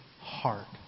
heart